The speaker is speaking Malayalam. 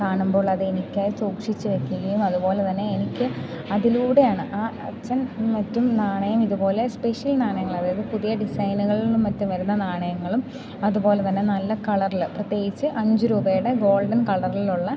കാണുമ്പോൾ അതെനിക്കായി സൂക്ഷിച്ചു വെക്കുകയും അതുപോലെ തന്നെ എനിക്ക് അതിലൂടെയാണ് ആ അച്ഛൻ മറ്റും നാണയം ഇതുപോലെ സ്പെഷ്യൽ നാണയങ്ങൾ അതായത് പുതിയ ഡിസൈനുകളിലും മറ്റും വരുന്ന നാണയങ്ങളും അതുപോലെ തന്നെ നല്ല കളറിൽ പ്രത്യേകിച്ച് അഞ്ചു രൂപയുടെ ഗോൾഡൻ കളറിലുള്ള